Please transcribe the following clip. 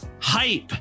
hype